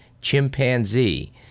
chimpanzee